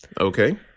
Okay